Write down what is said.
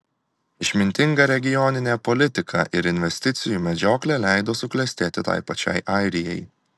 išmintinga regioninė politika ir investicijų medžioklė leido suklestėti tai pačiai airijai